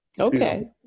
Okay